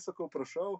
sakau prašau